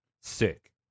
Sick